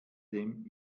dem